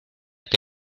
que